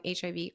HIV